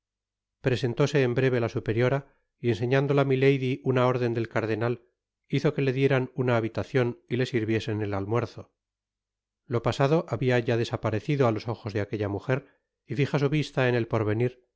presentóse en breve la superiora y enseñándola milady una órden del cardenal hizo que le dieran una habitacion y le sirviesen el almuerzo lo pasado habia ya desaparecido á los ojos de aquella mujer y fija su vista en el porvenir